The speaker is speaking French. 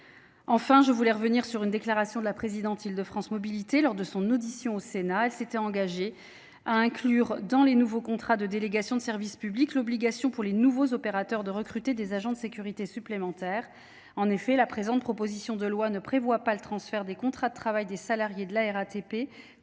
Enfin, je voudrais revenir sur une déclaration de la présidente d’Île de France Mobilités. Lors de son audition au Sénat, elle s’était engagée à inclure dans les futurs contrats de délégation de service public l’obligation pour les nouveaux opérateurs de recruter des agents de sécurité supplémentaires. En effet, la proposition de loi ne prévoit pas le transfert des contrats de travail des salariés de la RATP